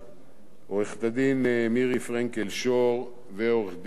מירי פרנקל-שור ולעורך-הדין יהל עמית.